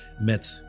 met